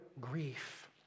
grief